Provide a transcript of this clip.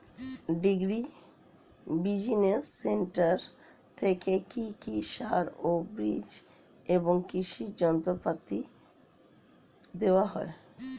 Agri business centre থেকে কি সার ও বিজ এবং কৃষি যন্ত্র পাতি দেওয়া হয়?